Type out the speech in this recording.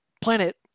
planet